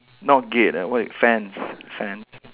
not gate ah what y~ fence fence